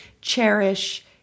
Cherish